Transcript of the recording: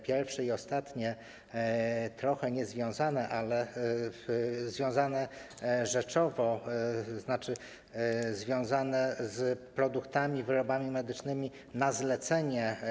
Pierwsze i ostatnie są trochę niezwiązane, choć związane rzeczowo, to znaczy związane z produktami, wyrobami medycznymi na zlecenie: